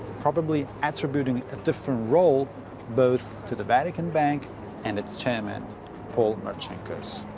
probably attributing a different role both to the vatican bank and its chairman paul marcinkus.